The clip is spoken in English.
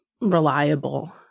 reliable